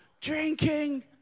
drinking